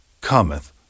cometh